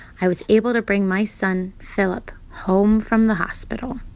i was able to bring my son phillip home from the hospital.